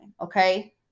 okay